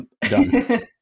done